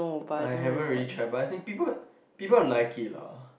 I haven't really tried but as in people people like it lah